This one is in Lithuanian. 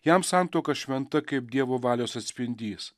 jam santuoka šventa kaip dievo valios atspindys